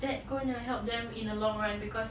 that gonna help them in a long run because